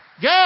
good